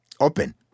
Open